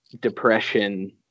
depression